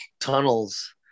tunnels